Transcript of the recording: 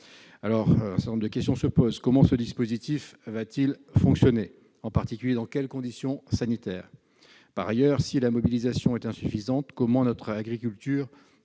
lors, plusieurs questions se posent : comment ce dispositif va-t-il fonctionner, en particulier dans quelles conditions sanitaires ? Si la mobilisation est insuffisante, comment notre agriculture